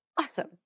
awesome